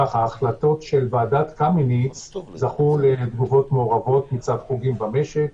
ההחלטות של ועדת קמיניץ זכו לתגובות מעורבות מצד חוגים במשק.